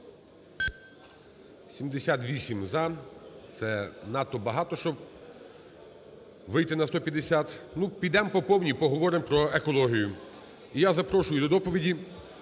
78 – за. Це надто багато, щоб вийти на 150… підемо по повній, поговоримо про екологію. І я запрошую до доповіді